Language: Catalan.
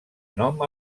nom